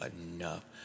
enough